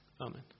Amen